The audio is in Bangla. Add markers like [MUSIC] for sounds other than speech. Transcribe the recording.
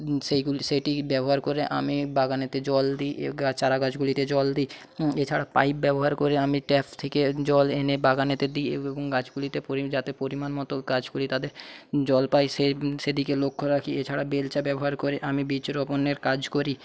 সেইগুলি সেটি ব্যবহার করে আমি বাগানেতে জল দিই এর চারাগাছগুলিতে জল দিই এছাড়া পাইপ ব্যবহার করে আমি ট্যাপ থেকে জল এনে বাগানেতে দিই এরকম গাছগুলিতে [UNINTELLIGIBLE] যাতে পরিমাণ মতো গাছগুলি তাদের জল পায় সেদিকে লক্ষ্য রাখি এছাড়া বেলচা ব্যবহার করে আমি বীজ রোপণের কাজ করি